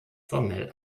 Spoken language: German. formell